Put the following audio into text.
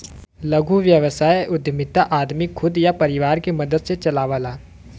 लघु व्यवसाय उद्यमिता आदमी खुद या परिवार के मदद से चलावला